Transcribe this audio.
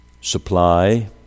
supply